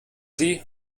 sie